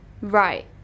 Right